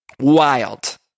Wild